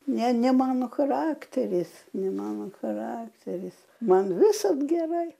ne ne mano charakteris ne mano charakteris man visad gerai